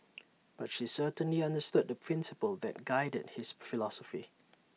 but she certainly understood the principle that guided his philosophy